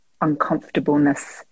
uncomfortableness